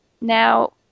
Now